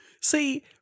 See